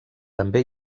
també